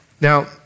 Now